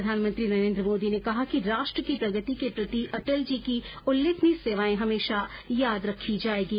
प्रधानमंत्री नरेन्द्र मोदी ने कहा कि राष्ट्र की प्रगति के प्रति अटल जी की उल्लेखनीय सेवाएं हमेशा याद रखी जाएंगी